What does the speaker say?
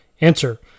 Answer